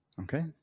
okay